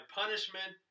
punishment